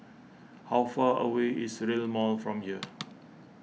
how far away is Rail Mall from here